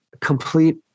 complete